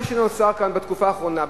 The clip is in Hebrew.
מה שנוצר כאן בתקופה האחרונה,